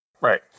Right